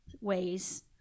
ways